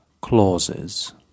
Clauses